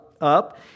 up